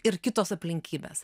ir kitos aplinkybės